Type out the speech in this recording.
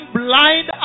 blind